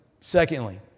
Secondly